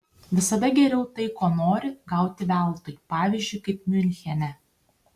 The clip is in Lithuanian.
visada geriau tai ko nori gauti veltui pavyzdžiui kaip miunchene